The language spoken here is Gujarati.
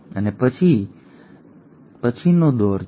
અને પછી આ પછીનો દોર છે